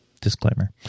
Disclaimer